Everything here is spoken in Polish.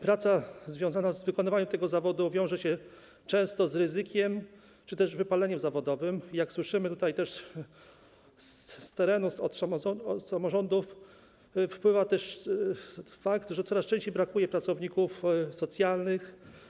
Praca związana z wykonywaniem tego zawodu wiąże się często z ryzykiem czy też wypaleniem zawodowym i jak słyszymy z terenu, od samorządów, wpływa na to też fakt, że coraz częściej brakuje pracowników socjalnych.